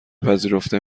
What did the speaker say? پذیرفته